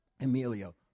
Emilio